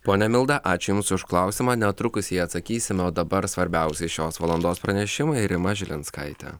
ponia milda ačiū jums už klausimą netrukus į jį atsakysime o dabar svarbiausi šios valandos pranešimai rima žilinskaitė